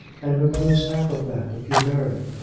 and would lose half of that if you married.